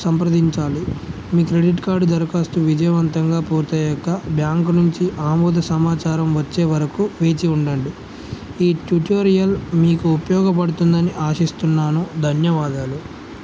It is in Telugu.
సంప్రదించాలి మీ క్రెడిట్ కార్డు దరఖాస్తు విజయవంతంగా పూర్తి అయ్యాక బ్యాంకు నుంచి ఆమోద సమాచారం వచ్చే వరకు వేచి ఉండండి ఈ ట్యూటోరియల్ మీకు ఉపయోగపడుతుందని ఆశిస్తున్నాను ధన్యవాదాలు